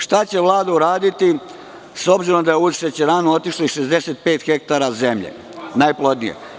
Šta će Vlada uraditi s obzirom da je u ovu šećeranu otišlo i 65 hektara zemlje najplodnije?